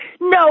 No